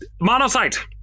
Monocyte